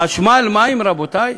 חשמל, מים, רבותי?